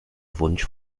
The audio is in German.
wunsch